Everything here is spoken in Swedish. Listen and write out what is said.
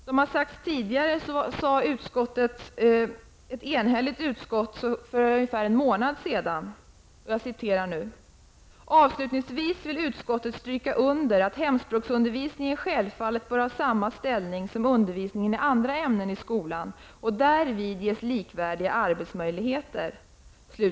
För ungefär en månad sedan sade, som tidigare sagts, ett enhälligt utskott följande: ''Avslutningsvis vill utskottet stryka under att hemspråksundervisningen självfallet bör ha samma ställning som undervisningen i andra ämnen i skolan och därvid ges likvärdiga arbetsmöjligheter.''